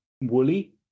woolly